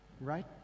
Right